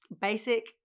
basic